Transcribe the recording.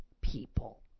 people